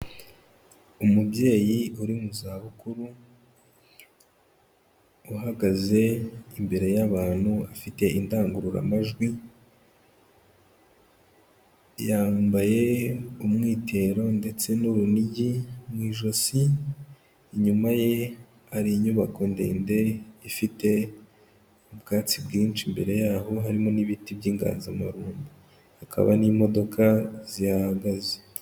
Umubyeyi uri mu zabukuru uhagaze imbere y'abantu afite indangururamajwi, yambaye umwitero ndetse n'urunigi mu ijosi, inyuma ye hari inyubako ndende ifite ubwatsi bwinshi, imbere yaho harimo n'ibiti by'inganzamarumbo, hakaba n'imodoka zihahagaze.